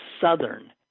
Southern